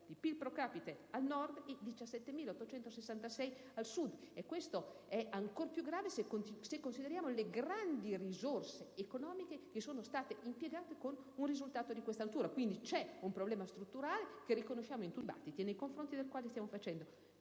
è diventato enorme e questo è ancora più grave se consideriamo le grandi risorse economiche che sono state impiegate per ottenere un risultato di questa natura. Quindi, c'è un problema strutturale che riconosciamo in tutti i dibattiti, nei confronti del quale stiamo facendo,